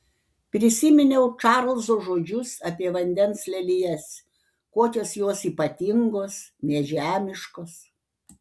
prisiminiau čarlzo žodžius apie vandens lelijas kokios jos ypatingos nežemiškos